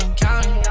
Counting